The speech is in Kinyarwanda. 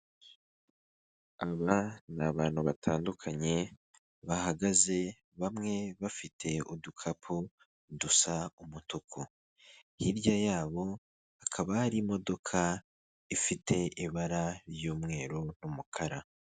Aba ni abantu batandukanye bahagaze bamwe bafite udukapu dusa umutuku hirya yabo akaba hari imodoka ifite ibara ry'umweru n'umukara.